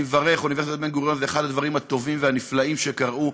אני מברך: אוניברסיטת בן-גוריון זה אחד הדברים הטובים והנפלאים שקרו,